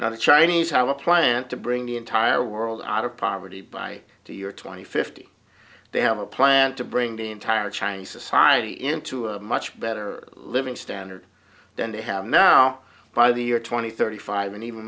now the chinese have a plan to bring the entire world out of poverty by two you're twenty fifty they have a plan to bring the entire chinese society into a much better living standard than they have now by the year two thousand and thirty five and even